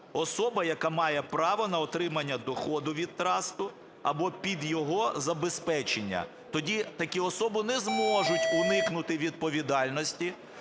особа, яка має право на отримання доходу від трасту або під його забезпечення. Тоді такі особи не зможуть уникнути відповідальності